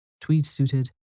tweed-suited